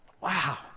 Wow